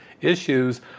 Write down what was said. issues